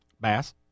Bass